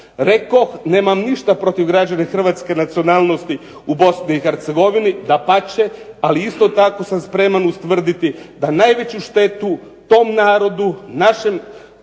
Rekoh nemam ništa protiv građana hrvatske nacionalnosti u Bosni i Hercegovini dapače, ali isto tako sam spreman ustvrditi da najveću štetu tom narodu našim